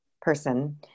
person